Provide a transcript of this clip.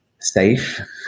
safe